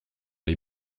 les